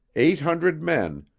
eight hundred men,